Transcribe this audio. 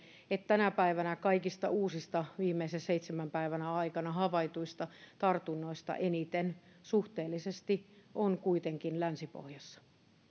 että tänä päivänä kaikista uusista viimeisen seitsemän päivän aikana havaituista tartunnoista eniten suhteellisesti on kuitenkin länsi pohjassa